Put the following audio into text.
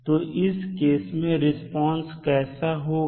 तो इस केस में रिस्पांस कैसा होगा